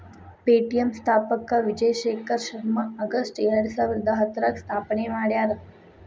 Paytm ಸ್ಥಾಪಕ Vijay Shekhar Sharma August ಎರಡಸಾವಿರದ ಹತ್ತರಾಗ ಸ್ಥಾಪನೆ ಮಾಡ್ಯಾರ